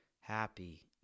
happy